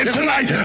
tonight